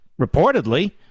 reportedly